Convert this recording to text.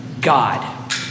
God